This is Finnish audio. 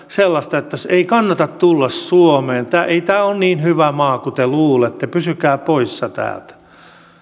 sellaista että ei kannata tulla suomeen ei tämä ole niin hyvä maa kuin te luulette pysykää poissa täältä